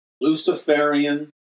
Luciferian